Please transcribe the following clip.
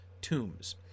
tombs